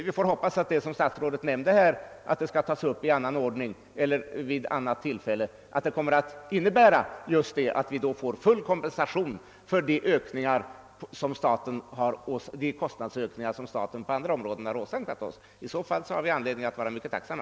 Statsrådet nämnde ju att frågor i detta sammanhang skulle tas upp vid annat tillfälle, och vi får hoppas att det kommer att innebära att vi får full kompensation för de kostnadsökningar staten på andra områden har åsamkat oss. I så fall har vi anledning att vara mycket tacksamma.